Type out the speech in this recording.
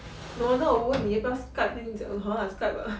no wonder 我问你要不要 skype 跟你讲 !huh! skype ah